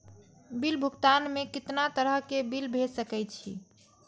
Bill भुगतान में कितना तरह के बिल भेज सके छी?